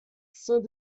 saint